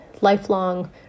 lifelong